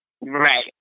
Right